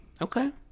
Okay